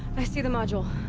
i see the module!